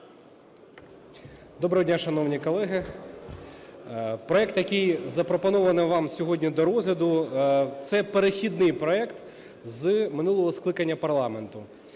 Доброго дня, шановні колеги! Проект, який запропоновано вам сьогодні до розгляду, це перехідний проект з минулого скликання парламенту.